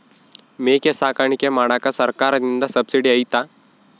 ಮೇಕೆ ಸಾಕಾಣಿಕೆ ಮಾಡಾಕ ಸರ್ಕಾರದಿಂದ ಸಬ್ಸಿಡಿ ಐತಾ?